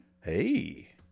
Hey